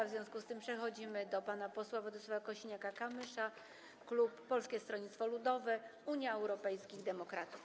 W związku z tym przechodzimy do pana posła Władysława Kosiniaka-Kamysza, klub Polskiego Stronnictwa Ludowego - Unii Europejskich Demokratów.